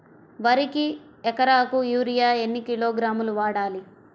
వరికి ఎకరాకు యూరియా ఎన్ని కిలోగ్రాములు వాడాలి?